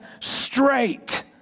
straight